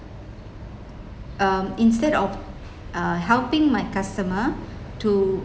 um instead of uh helping my customer to